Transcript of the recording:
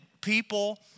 people